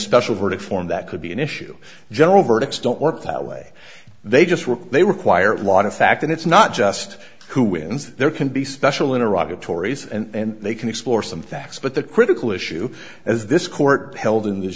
special verdict form that could be an issue general verdicts don't work that way they just work they require a lot of fact and it's not just who wins there can be special iraq at tory's and they can explore some facts but the critical issue as this court held in this